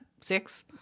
Six